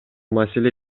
маселе